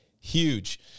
huge